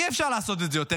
אי-אפשר לעשות את זה יותר,